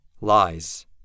Lies